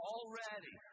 Already